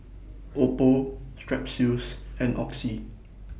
Oppo Strepsils and Oxy